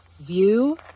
view